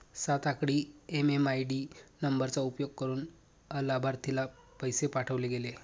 सात आकडी एम.एम.आय.डी नंबरचा उपयोग करुन अलाभार्थीला पैसे पाठवले गेले